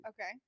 okay